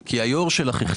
כי היו"ר שלך החליט.